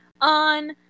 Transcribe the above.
on